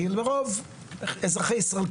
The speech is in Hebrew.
כי רוב אזרחי ישראל,